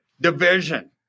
division